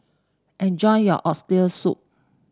enjoy your Oxtail Soup